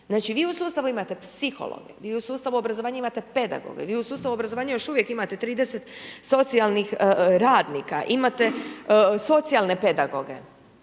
Znači vi u sustavu imate psihologe, vi u sustavu obrazovanja imate pedagoge, vi u sustavu obrazovanja još uvijek imate 30 socijalnih radnika, imate socijalne pedagoge.